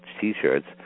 T-shirts